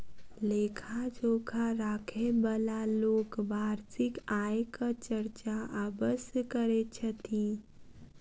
लेखा जोखा राखयबाला लोक वार्षिक आयक चर्चा अवश्य करैत छथि